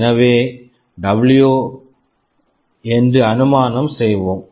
எனவே உயரம் W W என்று அனுமானம் செய்வோம்